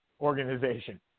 organization